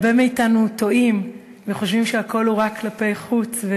הרבה מאתנו טועים וחושבים שהכול הוא רק כלפי חוץ,